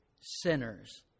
sinners